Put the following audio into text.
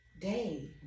day